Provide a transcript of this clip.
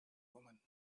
woman